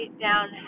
down